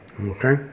Okay